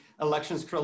elections